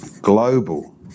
Global